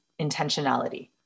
intentionality